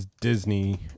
Disney